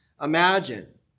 imagine